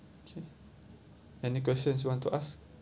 okay any questions you want to ask